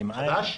חדש?